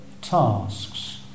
tasks